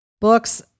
books